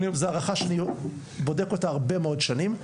וזו הערכה שאני בודק אותה הרבה מאוד שנים,